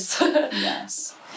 Yes